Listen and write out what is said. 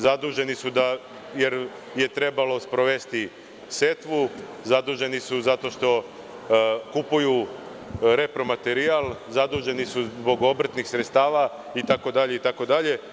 Zaduženi su jer je trebalo sprovesti setvu, zaduženi su zato što kupuju repromaterijal, zaduženi su zbog obrtnih sredstava itd, itd.